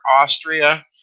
Austria